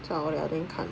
我们改天看